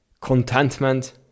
contentment